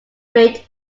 great